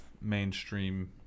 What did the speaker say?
mainstream